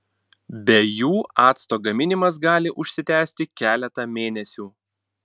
be jų acto gaminimas gali užsitęsti keletą mėnesių